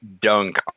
dunk